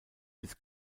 bis